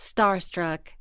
Starstruck